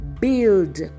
build